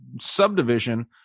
subdivision